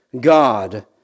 God